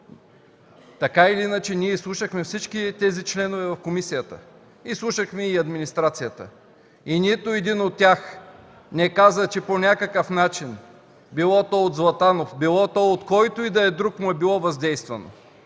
комисия. Ние изслушахме всички тези членове, изслушахме и администрацията. Нито един от тях не каза, че по някакъв начин – било то от Златанов, било то от който и да е друг, му е било въздействано.